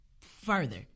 further